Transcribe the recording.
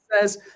says